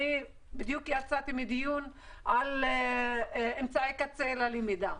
אני בדיוק יצאתי מדיון על אמצעי קצה ללמידה,